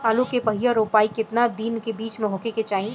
आलू क पहिला रोपाई केतना दिन के बिच में होखे के चाही?